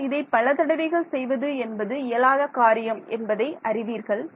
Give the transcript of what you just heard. ஆனால் இதை பல தடவைகள் செய்வது என்பது இயலாத காரியம் என்பதை அறிவீர்கள்